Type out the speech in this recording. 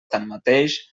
tanmateix